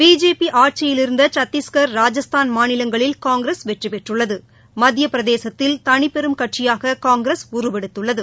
பிஜேபிஆட்சியிலிருந்தசத்தீஸ்கா் ராஜஸ்தான் மாநிலங்களில் காங்கிரஸ் வெற்றிபெற்றள்ளது மத்தியபிரதேசத்தில் தனிபெரும் கட்சியாககாங்கிரஸ் உருவெடுத்துள்ளது